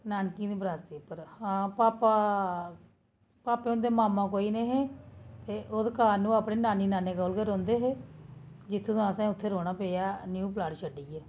नानकियें दी बरासती पर हां भापा भापा हुंदे मामा कोई नेईं हे ते ओह्दे कारण ओह् अपने नाना नानी कोल गै रौंह्दे हे जित्थूं दा असें उत्थै रौह्ना पेआ न्यू प्लॉट छड्डियै